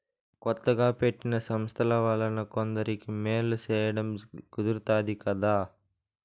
కొత్తగా పెట్టిన సంస్థల వలన కొందరికి మేలు సేయడం కుదురుతాది కదా